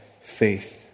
faith